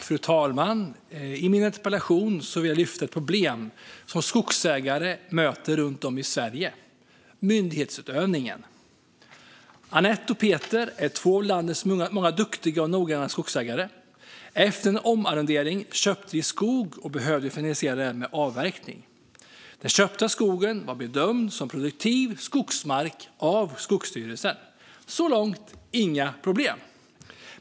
Fru talman! Med min interpellation vill jag lyfta ett problem som skogsägare möter runt om i Sverige, nämligen myndighetsutövningen. Annette och Peter är två av landets många duktiga och noggranna skogsägare. Efter en omarrondering köpte de skog och behövde finansiera det med avverkning. Den köpta skogen var bedömd som produktiv skogsmark av Skogsstyrelsen. Så långt var det inga problem.